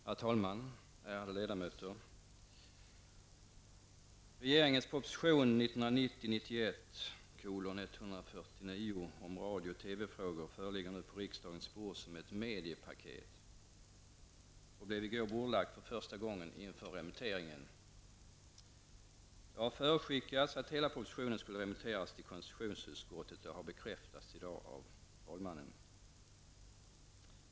Herr talman! Ärade ledamöter! Regeringens proposition 1990/91:149 om radio och TV-frågor ligger nu på riksdagens bord som ett mediepaket och blev i går bordlagt för första gången inför remitteringen. Det har förutskickats att hela propositionen skulle remitteras till konstitutionsutskottet, vilket har bekräftats av talmannen i dag.